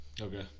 Okay